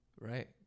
Right